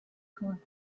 compound